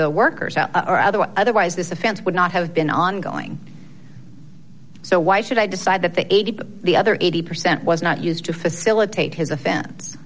the workers or otherwise otherwise this offense would not have been ongoing so why should i decide that the eighty the other eighty percent was not used to facilitate his offen